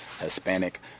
Hispanic